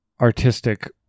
artistic